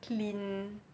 clean